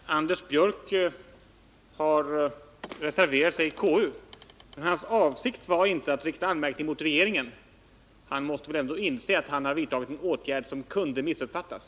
Herr talman! Anders Björck har reserverat sig i KU:s granskningsbetänkande, men hans avsikt var inte att rikta någon anmärkning mot regeringen. Han måste väl ändå inse att han därmed har vidtagit en åtgärd som kunde missuppfattas.